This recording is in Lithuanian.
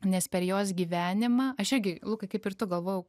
nes per jos gyvenimą aš irgi lukai kaip ir tu galvojau